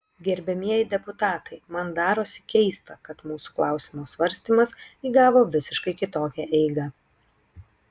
gerbiamieji deputatai man darosi keista kad mūsų klausimo svarstymas įgavo visiškai kitokią eigą